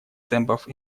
темпов